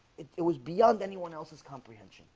it was beyond anyone else's comprehension